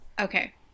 Okay